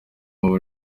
aba